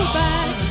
back